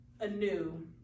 anew